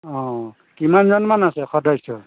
অঁ কিমানজনমান আছে সদস্য